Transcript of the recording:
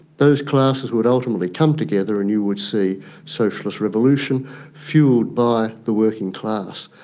those classes would ultimately come together and you would see socialist revolution fuelled by the working class.